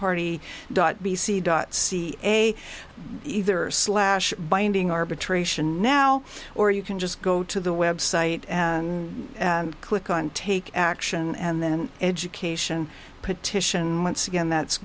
party dot b c dot c a either slash binding arbitration now or you can just go to the website and click on take action and then education petition once again that's